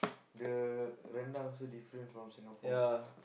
the rendang also different from Singapore